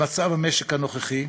במצב המשק הנוכחי?